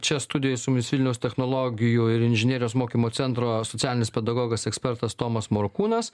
čia studijoj su mumis vilniaus technologijų ir inžinerijos mokymo centro socialinis pedagogas ekspertas tomas morkūnas